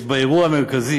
יש בה אירוע מרכזי,